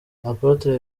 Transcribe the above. apotre